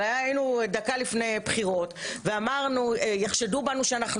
אבל היינו דקה לפני בחירות ואמרנו: יחשדו בנו שאנחנו